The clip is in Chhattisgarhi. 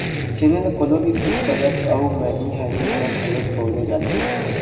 छेना ल कोनो भी शुभ परब अउ मरनी हरनी म घलोक बउरे जाथे